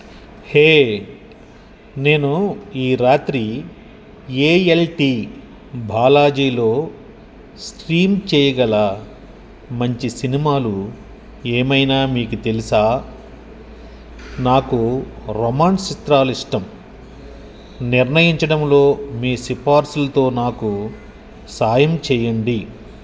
హే నేను ఈ రాత్రి ఏయల్టీ బాలాజీలో స్ట్రీమ్ చెయ్యగల మంచి సినిమాలు ఏమైనా మీకు తెలుసా నాకు రొమాన్స్ చిత్రాలు ఇష్టం నిర్ణయించడంలో మీ సిపార్సులతో నాకు సహాయం చెయ్యండి